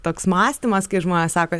toks mąstymas kai žmonės sako